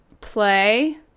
play